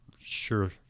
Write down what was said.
sure